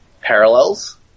parallels